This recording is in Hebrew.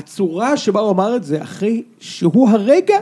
הצורה שבה הוא אמר את זה, אחי, שהוא הרגע